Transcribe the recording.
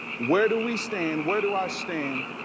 where do we stand? where do i stand?